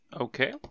Okay